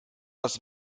das